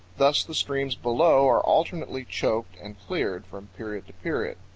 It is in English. thus the streams below are alternately choked and cleared from period to period.